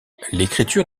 l’écriture